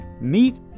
meet